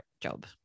job